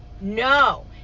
No